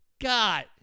god